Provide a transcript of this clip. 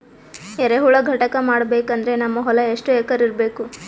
ಎರೆಹುಳ ಘಟಕ ಮಾಡಬೇಕಂದ್ರೆ ನಮ್ಮ ಹೊಲ ಎಷ್ಟು ಎಕರ್ ಇರಬೇಕು?